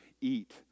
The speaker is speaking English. eat